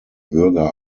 bürger